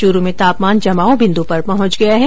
चूरू में तापमान जमाव बिन्दू पर पहुंच गया है